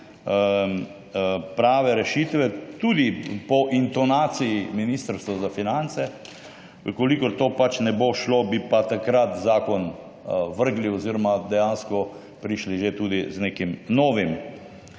prave rešitve, tudi po intonaciji Ministrstva za finance, če to pač ne bo šlo, bi pa takrat zakon vrgli oziroma dejansko prišli že tudi z nekim novim.